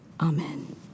Amen